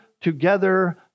together